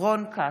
רון כץ,